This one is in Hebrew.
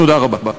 תודה רבה.